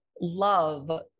love